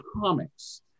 comics